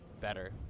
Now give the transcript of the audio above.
better